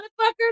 motherfucker